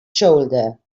shoulder